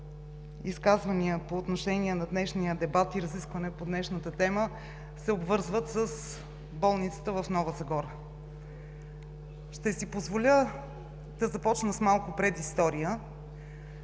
изказвания по отношение на днешния дебат и разискване по днешната тема се обвързват с болницата в Нова Загора. Ще си позволя да започна с малко предистория